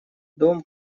дом